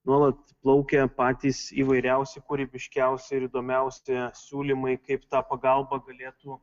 nuolat plaukia patys įvairiausi kūrybiškiausi ir įdomiausi siūlymai kaip tą pagalbą galėtų